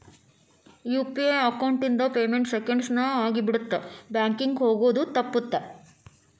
UPI account ಇಂದ payment seconds ನ ಆಗಿಬಿಡತ್ತ ಬ್ಯಾಂಕಿಂಗ್ ಹೋಗೋದ್ ತಪ್ಪುತ್ತ